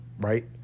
right